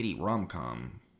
rom-com